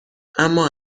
اما